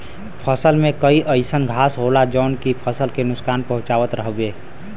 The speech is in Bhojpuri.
फसल में कई अइसन घास होला जौन की फसल के नुकसान पहुँचावत हउवे